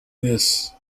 this